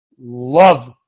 love